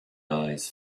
eyes